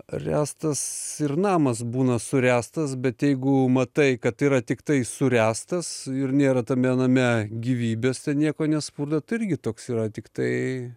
ręstas ir namas būna suręstas bet jeigu matai kad yra tiktai suręstas ir nėra tame name gyvybės ten nieko nespurda tai irgi toks yra tiktai